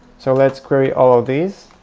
so, let's query all of these.